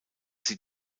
sie